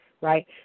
right